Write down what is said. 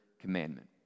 commandment